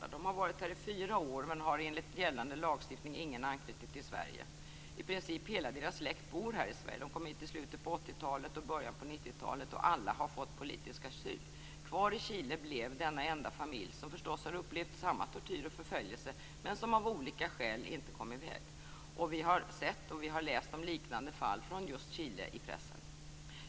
Familjen har varit här i fyra år men har enligt gällande lagstiftning ingen anknytning till Sverige. I princip bor dock hela deras släkt i Sverige. De kom hit i slutet av 80-talet och i början av 90-talet. Alla har fått politisk asyl. Kvar i Chile blev denna enda familj, som förstås har upplevt samma tortyr och förföljelse men som av olika skäl inte kom i väg. Vi har både sett och läst om liknande fall från Chile i pressen.